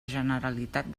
generalitat